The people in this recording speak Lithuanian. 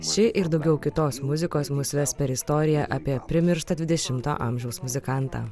ši ir daugiau kitos muzikos mus ves per istoriją apie primirštą dvidešimto amžiaus muzikantą